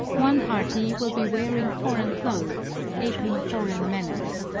one party will be wearing foreign clothes, aping foreign manners,